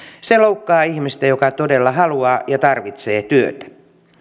se loukkaa ihmistä joka todella haluaa ja tarvitsee työtä